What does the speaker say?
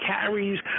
carries